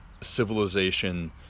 civilization